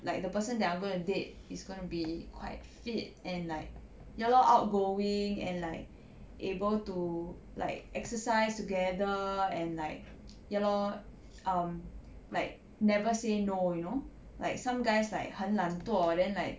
like the person that I'm going to date is gonna be quite fit and like ya lor outgoing and like able to like exercise together and like ya lor um like never say no you know like some guys like 很懒惰 then like